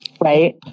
right